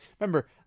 remember